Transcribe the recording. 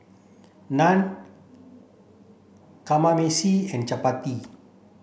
Naan Kamameshi and Chapati